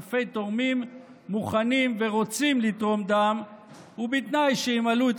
אלפי תורמים מוכנים ורוצים לתרום דם ובתנאי שימלאו את